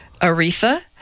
Aretha